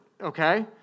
Okay